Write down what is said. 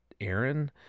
Aaron